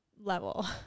level